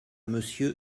monsieur